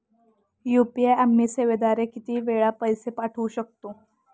UPI आम्ही सेवेद्वारे किती वेळा पैसे पाठवू शकतो?